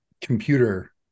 computer